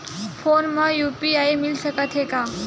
Phone मा UPI मिल सकत हे का?